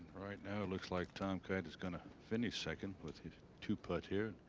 right now. it looks like tom kite is going to finish second puts it two put here.